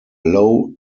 low